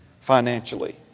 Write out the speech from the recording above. financially